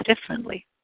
differently